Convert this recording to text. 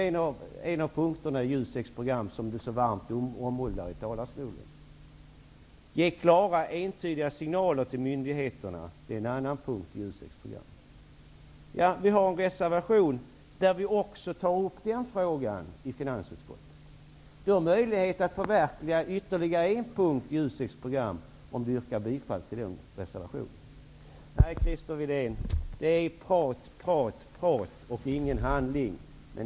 En annan punkt i JUSEK:s program är att man skall ge klara entydiga signaler till myndigheterna. Vi har en reservation där vi tar upp också den frågan. Ni har möjlighet att förverkliga ytterligare en punkt i JUSEK:s program om ni yrkar bifall till den reservationen. Nej, Christer Windén, det är prat, prat, prat och ingen handling.